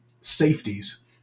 safeties